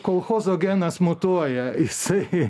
kolchozo genas mutuoja jisai